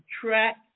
track